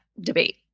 debate